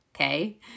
Okay